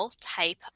type